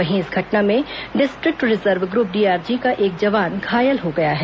वहीं इस घटना में डिस्ट्रिक्ट रिजर्व ग्रुप डीआरजी का एक जवान घायल हो गया है